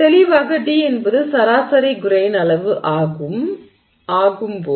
தெளிவாக d என்பது சராசரி கிரெய்ன் அளவு ஆகும் போது